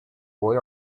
boy